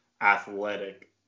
athletic